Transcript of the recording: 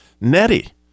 Nettie